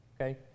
okay